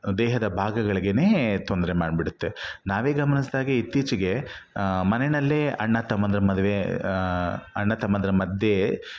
ದೇಹದ ಭಾಗಗಳಿಗೇನೆ ತೊಂದರೆ ಮಾಡ್ಬಿಡುತ್ತೆ ನಾವೇ ಗಮನಿಸಿದಾಗೆ ಇತ್ತೀಚಿಗೆ ಮನೆಯಲ್ಲೇ ಅಣ್ಣ ತಮ್ಮಂದಿರ ಮದುವೆ ಅಣ್ಣ ತಮ್ಮಂದಿರ ಮಧ್ಯೆ